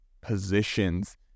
positions